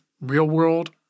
real-world